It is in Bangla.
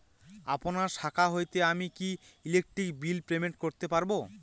আপনার শাখা হইতে আমি কি ইলেকট্রিক বিল পেমেন্ট করতে পারব?